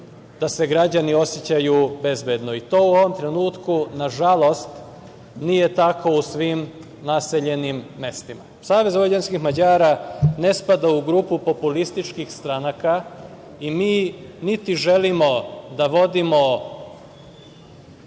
da se građani osećaju bezbedno i to u ovom trenutku, nažalost, nije tako u svim naseljenim mestima. Savez vojvođanskih Mađara ne spada u grupu populističkih stranaka i mi niti želimo da vodimo